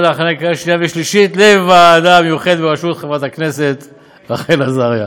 להכנה לקריאה שנייה ושלישית לוועדה המיוחדת בראשות חברת הכנסת רחל עזריה.